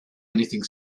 anything